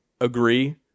agree